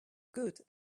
good